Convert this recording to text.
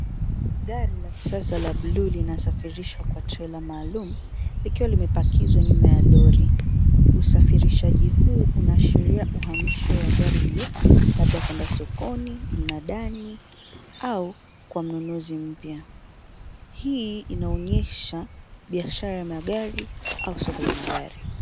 Gari la kisasa la bluu linasafirishwa kwa trela maalum, likiwa limepakizwa nyuma ya lori. Usafirishaji huu unaashiria uhamisho wa gari hilo, labda kwenda sokoni, mnadani, au kwa mnunuzi mpya. Hii inaonyesha, biashara ya magari, au soko la magari.